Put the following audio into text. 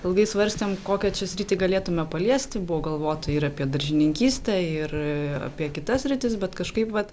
ilgai svarstėm kokią čia sritį galėtume paliesti buvo galvota ir apie daržininkystę ir apie kitas sritis bet kažkaip vat